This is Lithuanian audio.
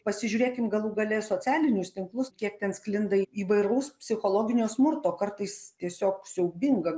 pasižiūrėkim galų gale į socialinius tinklus kiek ten sklinda įvairaus psichologinio smurto kartais tiesiog siaubinga